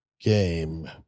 game